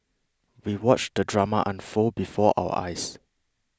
we watched the drama unfold before our eyes